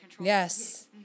yes